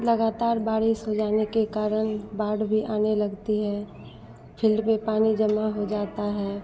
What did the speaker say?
लगातार बारिश हो जाने के कारण बाढ़ भी आने लगती है फिल्ड पर पानी जमा हो जाता है